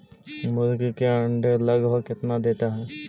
मुर्गी के अंडे लगभग कितना देता है?